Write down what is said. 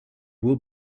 will